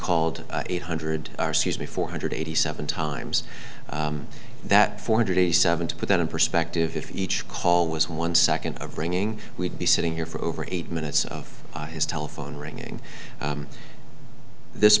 called eight hundred r c s me four hundred eighty seven times that four hundred eighty seven to put that in perspective if each call was one second of ringing we'd be sitting here for over eight minutes of his telephone ringing this